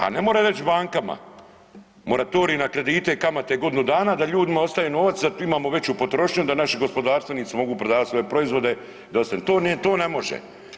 A ne može reći bankama moratorij na kredite i kamate godinu dana da ljudima ostaje novac, da imamo veću potrošnju, da naši gospodarstvenici mogu prodavati svoje proizvode to ne može.